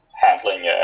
handling